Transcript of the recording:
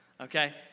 Okay